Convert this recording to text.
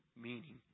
meaning